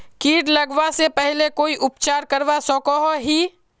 किट लगवा से पहले कोई उपचार करवा सकोहो ही?